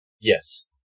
Yes